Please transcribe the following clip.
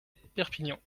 perpignan